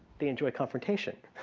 they enjoy confrontation.